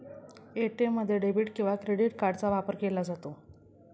ATM मध्ये debit किंवा credit कार्डचा वापर केला जातो